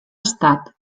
estat